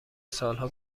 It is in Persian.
سالها